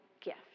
gift